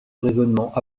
raisonnement